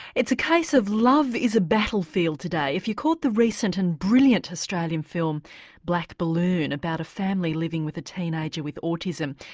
it's a case of love is a battlefield today. if you caught the recent and brilliant australian film black balloon about a family living with a teenager with autism,